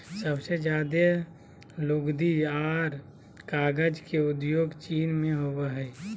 सबसे ज्यादे लुगदी आर कागज के उद्योग चीन मे होवो हय